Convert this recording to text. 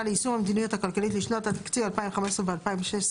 ליישום המדיניות הכלכלית לשנות התקציב 2015 ו-2016),